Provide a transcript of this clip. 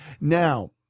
Now